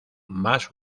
más